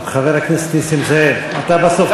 טוב, חבר הכנסת נסים זאב, אתה בסוף